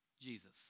Jesus